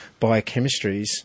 biochemistries